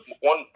one